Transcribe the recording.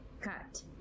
Cut